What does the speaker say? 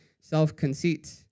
self-conceit